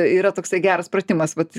yra toksai geras pratimas vat